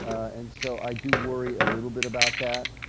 and so, i do worry a little bit about that.